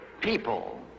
people